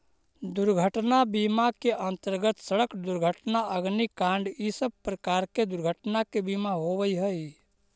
दुर्घटना बीमा के अंतर्गत सड़क दुर्घटना अग्निकांड इ सब प्रकार के दुर्घटना के बीमा होवऽ हई